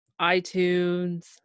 iTunes